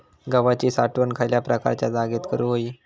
गव्हाची साठवण खयल्या प्रकारच्या जागेत करू होई?